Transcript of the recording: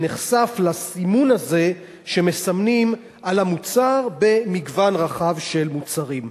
שנחשף לסימון הזה שמסמנים על המוצר במגוון רחב של מוצרים.